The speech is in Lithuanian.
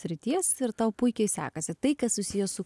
srities ir tau puikiai sekasi tai kas susiję su